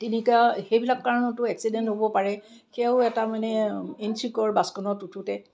সেইবিলাক কাৰণতো এক্সিডেন্ট হ'ব পাৰে সেয়াও এটা মানে ইনছিকিয়ৰ বাছখনত উঠোঁতে